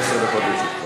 עשר דקות לרשותך.